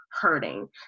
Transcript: hurting